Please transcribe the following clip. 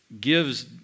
gives